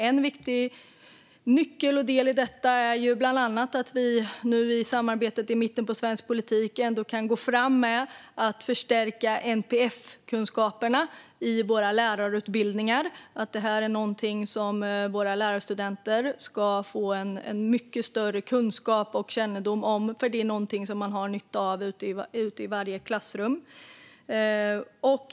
En viktig nyckel och del i detta är bland annat att vi nu i samarbetet i mitten av svensk politik kan gå fram med att förstärka NPF-kunskaperna i våra lärarutbildningar. Detta är något som våra lärarstudenter ska få en mycket större kunskap och kännedom om, för det är något som man har nytta av i varje klassrum.